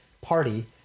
party